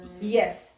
Yes